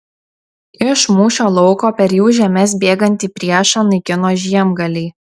iš mūšio lauko per jų žemes bėgantį priešą naikino žiemgaliai